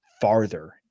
farther